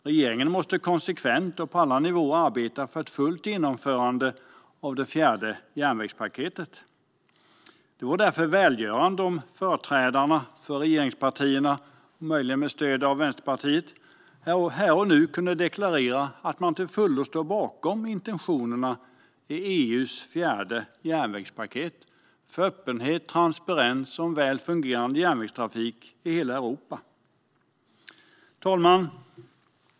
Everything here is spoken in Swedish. Regeringen måste konsekvent och på alla nivåer arbeta för ett fullt genomförande av det fjärde järnvägspaketet. Det vore därför välgörande om företrädarna för regeringspartierna, möjligen med stöd av Vänsterpartiet, här och nu kunde deklarera att man till fullo står bakom intentionerna i EU:s fjärde järnvägspaket - för öppenhet, transparens och en väl fungerande järnvägstrafik i hela Europa. Herr talman!